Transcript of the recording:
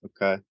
Okay